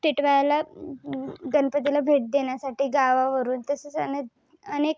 टिटवाळ्याला गणपतीला भेट देण्यासाठी गावावरून तसेच अनेक अनेक